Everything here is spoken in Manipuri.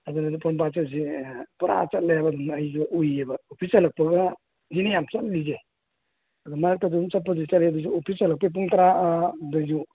ꯑꯗꯨꯗꯨꯅ ꯄꯣꯔꯣꯝꯄꯥꯠꯁꯦ ꯍꯧꯖꯤꯛ ꯑꯦ ꯄꯨꯔꯥ ꯆꯠꯂꯦꯕ ꯑꯗꯨꯝ ꯑꯩꯁꯨ ꯎꯏꯌꯦꯕ ꯑꯣꯐꯤꯁ ꯍꯜꯂꯛꯄꯒ ꯁꯤꯅꯦ ꯌꯥꯝ ꯆꯠꯂꯤꯁꯦ ꯑꯗꯨ ꯃꯔꯛꯇ ꯑꯗꯨꯝ ꯆꯠꯄꯨꯗꯤ ꯆꯠꯂꯦ ꯑꯗꯨꯁꯨ ꯑꯣꯐꯤꯁ ꯍꯜꯂꯛꯄꯒꯤ ꯄꯨꯡ ꯇꯔꯥ ꯑꯗꯁꯨ